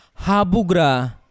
Habugra